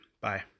Bye